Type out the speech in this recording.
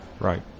Right